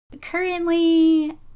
currently